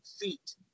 feet